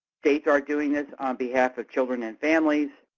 states are doing this on behalf of children and families.